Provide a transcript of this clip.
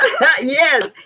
Yes